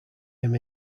him